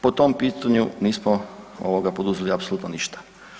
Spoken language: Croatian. Po tom pitanju nismo poduzeli apsolutno ništa.